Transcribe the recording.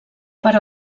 però